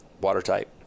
watertight